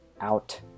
out